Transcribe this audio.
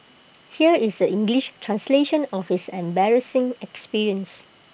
here is the English translation of his embarrassing experience